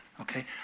Okay